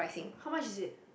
how much is it